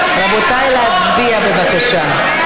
רבותיי, נא להצביע בבקשה.